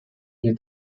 est